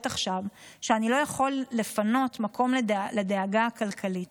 עכשיו שאני לא יכול לפנות מקום לדאגה הכלכלית.